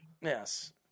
yes